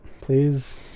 please